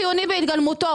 זה מאוד תלוי בהרכב המשפחה,